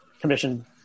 commission